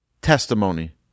testimony